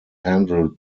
handled